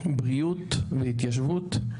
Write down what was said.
בריאות והתיישבות.